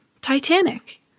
Titanic